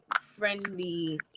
friendly